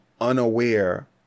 unaware